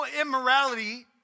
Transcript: immorality